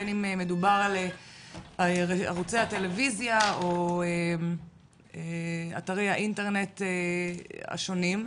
בין אם מדובר על ערוצי הטלוויזיה או אתרי האינטרנט השונים.